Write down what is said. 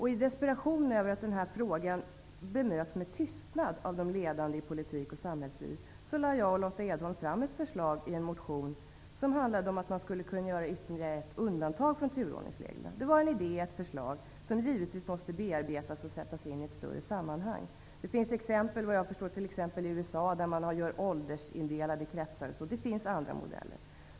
I desperation över att frågan bemöts med tystnad av de ledande i politik och samhällsliv lade jag och Lotta Edholm fram ett förslag i en motion om ytterligare ett undantag från turordningsreglerna. Det var en idé, ett förslag, som givetvis måste bearbetas och sättas in i ett större sammanhang. Såvitt jag vet finns det exempel i USA med åldersindelade kretsar osv. Det finns andra modeller.